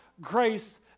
grace